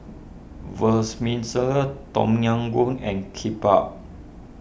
Tom Yam Goong and Kimbap